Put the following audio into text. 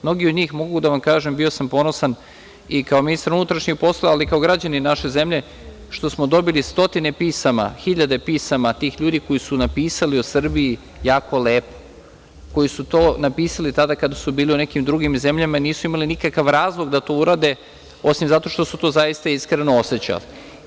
Mnogi od njih, mogu da vam kažem, bio sam ponosan i kao ministar unutrašnjih poslova, ali i kao građanin naše zemlje, što smo dobili stotine pisama, hiljade pisama tih ljudi koji su napisali o Srbiji jako lepo, koji su to napisali tada kada su bili u nekim drugim zemljama, nisu imali nikakav razlog da to urade, osim zato što su to zaista iskreno osećali.